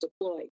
deploy